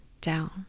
down